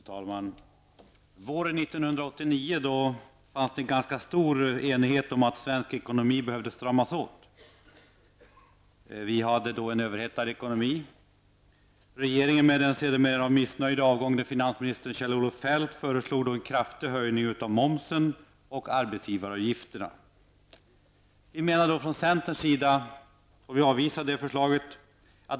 Fru talman! Våren 1989 fanns det en ganska stor enighet om att svensk ekonomi behövde stramas åt. Ekonomin var överhettad, och regeringen, med den sedermera på grund av missnöje avgångne finansministern Kjell-Olof Feldt, föreslog en kraftig höjning av momsen och arbetsgivaravgifterna. Från centerns sida avvisade vi det förslaget.